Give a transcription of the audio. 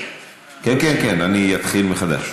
כן, כן, כן, אני אתחיל מחדש.